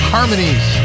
Harmonies